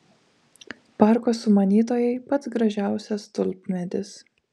parko sumanytojai pats gražiausias tulpmedis